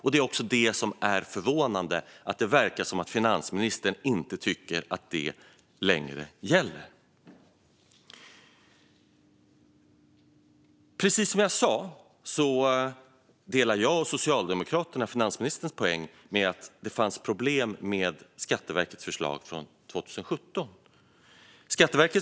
Nu verkar det som att finansministern tycker att detta inte längre gäller, vilket är förvånande. Som jag sa delar jag och Socialdemokraterna finansministerns åsikt att det fanns problem med Skatteverkets förslag från 2017.